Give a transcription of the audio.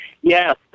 Yes